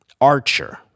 Archer